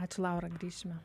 ačiū laura grįšime